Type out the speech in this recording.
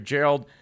Gerald